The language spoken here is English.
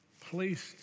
placed